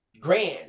grand